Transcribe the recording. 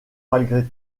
malgré